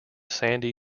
sandy